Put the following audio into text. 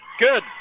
Good